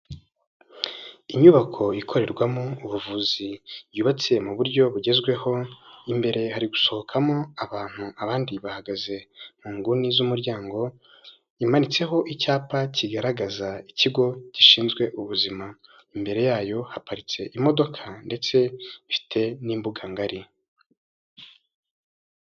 Inyubako ikorerwamo ubuvuzi yubatse mu buryo bugezweho, imbere hari gusohokamo abantu abandi bahagaze mu nguni z'umuryango, imanitseho icyapa kigaragaza ikigo gishinzwe ubuzima. Imbere yayo haparitse imodoka, ndetse ifite n'imbuga ngari.